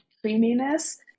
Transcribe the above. creaminess